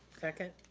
second.